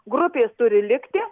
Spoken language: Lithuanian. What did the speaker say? grupės turi likti